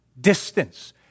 distance